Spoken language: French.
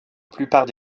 plupart